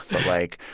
like,